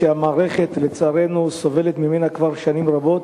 שהמערכת לצערנו סובלת מהן כבר שנים רבות.